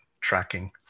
tracking